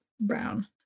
brown